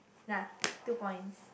nah two points